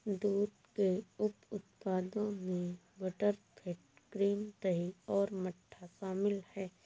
दूध के उप उत्पादों में बटरफैट, क्रीम, दही और मट्ठा शामिल हैं